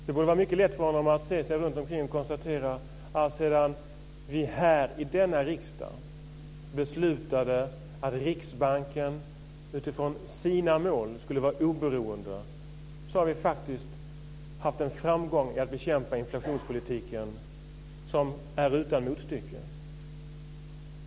Det borde vara mycket lätt för honom att se sig runt omkring och konstatera att alltsedan vi här i denna riksdag beslutade att Riksbanken utifrån sina mål skulle vara oberoende har vi faktiskt haft en framgång med att bekämpa inflationspolitiken som är utan motstycke.